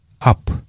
up